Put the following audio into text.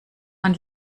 man